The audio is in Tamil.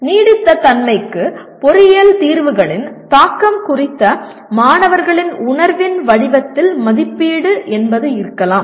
நீடித்த தன்மைக்கு பொறியியல் தீர்வுகளின் தாக்கம் குறித்த மாணவர்களின் உணர்வின் வடிவத்தில் மதிப்பீடு என்பது இருக்கலாம்